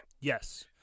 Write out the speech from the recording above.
Yes